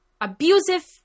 abusive